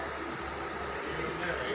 Kisan loan పంటలకు ఎలా తీసుకొనేది?